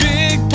Big